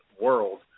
world